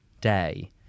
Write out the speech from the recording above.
day